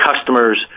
customers